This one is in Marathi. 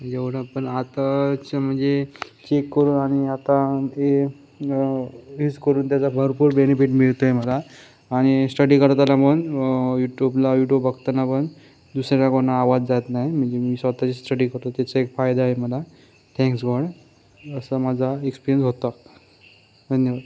जेवढं पण आताच्या म्हणजे चेक करून आणि आता ते व्हीस करून त्याचा भरपूर बेनिफिट मिळत आहे मला आणि स्टडी करताना पण यूटूबला यूटूब बघताना पण दुसऱ्या कोणा आवाज जात नाही मी स्वतःची स्टडी करतो त्याचा एक फायदा आहे मला थँक्स असा माझा एक्स्पिरियंस होता धन्यवाद